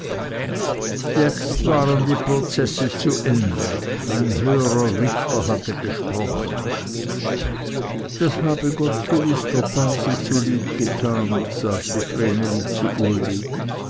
jetzt waren die prozesse zu ende ein höherer richter hatte gesprochen das habe gott gewiß der base zulieb getan sagte vreneli zu uli